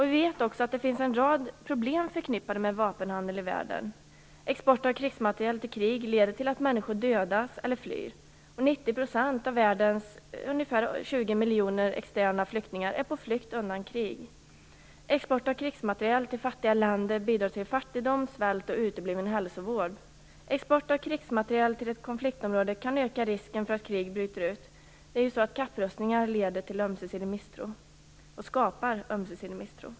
Vi vet också att det finns en rad problem förknippade med vapenhandel i världen. Export av krigsmateriel till länder i krig leder till att människor dödas eller flyr. 90 % av världens ungefär 20 miljoner externa flyktingar är på flykt undan krig. Export av krigsmateriel till fattiga länder bidrar till fattigdom, svält och utebliven hälsovård. Export av krigsmateriel till ett konfliktområde kan öka risken för att krig bryter ut. Det är ju så att kapprustningar skapar ömsesidig misstro.